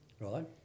Right